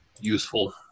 useful